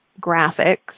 graphics